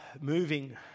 moving